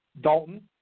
Dalton